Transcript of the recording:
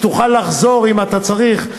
כדי שתוכל לחזור אם אתה צריך,